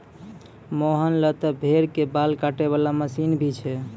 मोहन लॅ त भेड़ के बाल काटै वाला मशीन भी छै